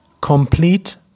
Complete